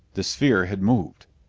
the sphere had moved.